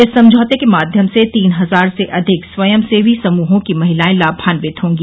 इस समझौते के माध्यम से तीन हजार से अधिक स्वयं सेवी समूहों की महिलाए लाभान्वित होगी